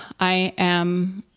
i am,